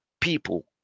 people